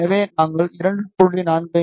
எனவே நாங்கள் 2